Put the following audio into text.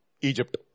Egypt